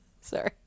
Sorry